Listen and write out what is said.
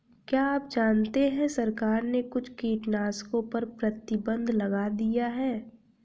क्या आप जानते है सरकार ने कुछ कीटनाशकों पर प्रतिबंध लगा दिया है?